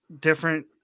different